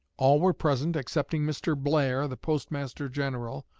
all were present excepting mr. blair, the postmaster general,